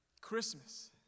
Christmas